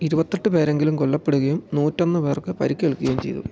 ഇരുപത്തിയെട്ട് പേരെങ്കിലും കൊല്ലപ്പെടുകയും നൂറ്റിയൊന്ന് പേർക്ക് പരിക്കേൽക്കുകയും ചെയ്തു